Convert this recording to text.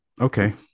okay